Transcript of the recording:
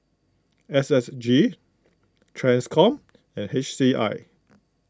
S S G Transcom and H C I